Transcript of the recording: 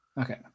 Okay